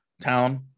town